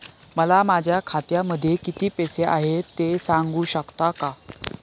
मला माझ्या खात्यामध्ये किती पैसे आहेत ते सांगू शकता का?